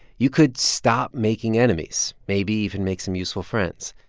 you could stop making enemies, maybe even make some useful friends.